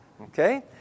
Okay